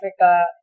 Africa